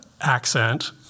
accent